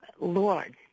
Lord